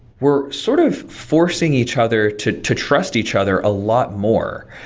we're sort of forcing each other to to trust each other a lot more.